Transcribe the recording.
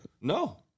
No